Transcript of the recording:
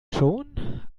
schon